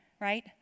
right